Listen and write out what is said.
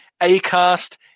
Acast